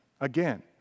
again